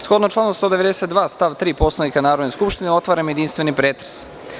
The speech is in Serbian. Shodno članu 192. stav 3. Poslovnika Narodne skupštine, otvaram jedinstveni pretres.